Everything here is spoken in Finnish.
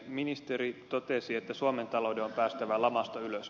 ministeri totesi että suomen talouden on päästävä lamasta ylös